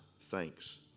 thanks